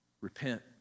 Repent